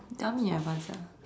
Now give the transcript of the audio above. tell me in advanced ah